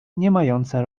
niemające